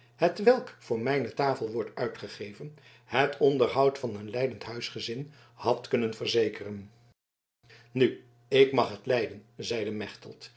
hetwelk voor mijne tafel wordt uitgegeven het onderhoud van een lijdend huisgezin had kunnen verzekeren nu ik mag het lijden zeide mechtelt